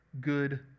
good